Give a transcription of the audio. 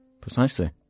Precisely